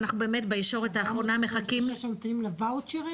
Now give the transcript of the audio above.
ואנחנו באמת בישורת האחרונה מחכים -- שממתינים לואוצ'רים?